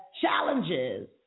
challenges